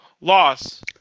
loss